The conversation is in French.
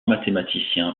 mathématicien